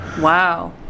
Wow